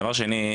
דבר שני,